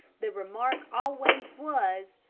the remark always was,